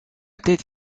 tête